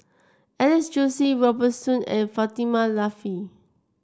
Alex Josey Robert Soon and Fatimah Lateef